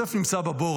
כשיוסף נמצא בבור,